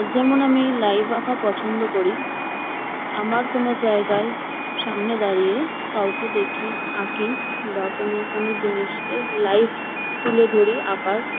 যেমন আমি লাইভ আঁকা পছন্দ করি আমার কোনও জায়গায় সামনে দাঁড়িয়ে কাউকে দেখে আঁকি বা কোনও কোনও জিনিসকে লাইভ তুলে ধরি আঁকায়